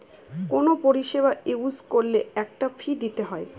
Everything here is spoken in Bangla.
কোনো পরিষেবা ইউজ করলে একটা ফী দিতে হয়